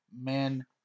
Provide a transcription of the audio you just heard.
man